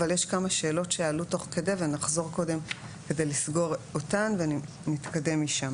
אבל יש כמה שאלות שעלו תוך כדי ונחזור קודם כדי לסגור אותן ונתקדם משם.